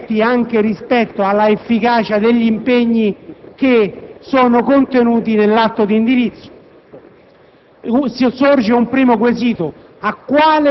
effetti anche rispetto all'efficacia degli impegni contenuti nell'atto di indirizzo. Sorge un primo quesito: